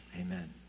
Amen